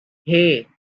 hey